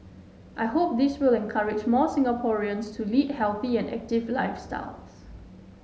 I hope this will encourage more Singaporeans to lead healthy and active lifestyles